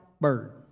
bird